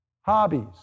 hobbies